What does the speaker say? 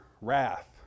wrath